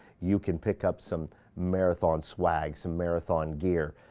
you can pick up some marathon swag, some marathon gear.